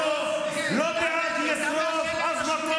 אנחנו לא בעד לשרוף אף מקום